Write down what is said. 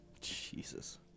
Jesus